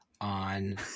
on